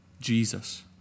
Jesus